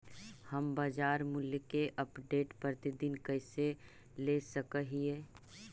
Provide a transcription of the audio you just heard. हम बाजार मूल्य के अपडेट, प्रतिदिन कैसे ले सक हिय?